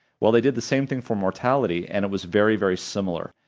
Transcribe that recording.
well they did the same thing for mortality and it was very very similar,